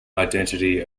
identity